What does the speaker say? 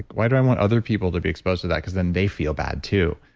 why do i want other people to be exposed to that? because then they feel bad too.